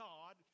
God